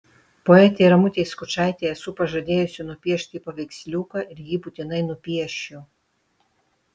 poetei ramutei skučaitei esu pažadėjusi nupiešti paveiksliuką ir jį būtinai nupiešiu